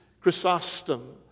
Chrysostom